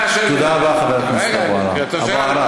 תודה רבה, חבר הכנסת אבו עראר.